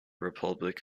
republic